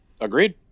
Agreed